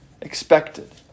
expected